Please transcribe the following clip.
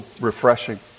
refreshing